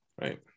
right